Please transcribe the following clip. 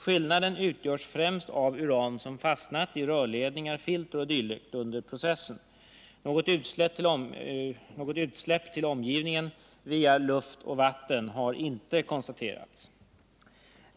Skillnaden utgörs främst av uran som fastnat i rörledningar, filter o. d. under processen. Något utsläpp till omgivningen via luft och vatten har inte konstaterats.